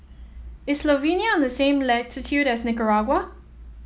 is Slovenia on the same latitude as Nicaragua